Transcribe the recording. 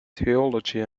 theology